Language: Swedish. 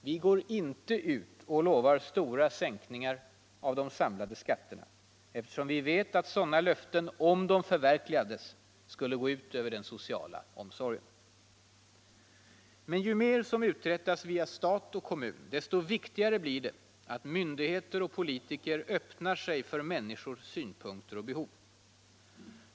Vi går inte ut och lovar stora sänkningar av de samlade skatterna, eftersom vi vet att sådana löften, om de förverkligades, skulle gå ut över den sociala omsorgen. Men ju mer som uträttas via stat och kommun, desto viktigare blir det att myndigheter och politiker öppnar sig för människors synpunkter och behov.